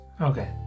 Okay